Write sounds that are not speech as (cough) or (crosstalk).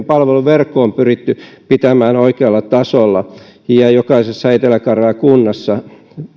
(unintelligible) palveluverkko on pyritty pitämään oikealla tasolla ja jokaisessa etelä karjalan kunnassa